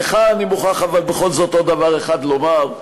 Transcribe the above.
לך אני מוכרח אבל בכל זאת עוד דבר אחד לומר,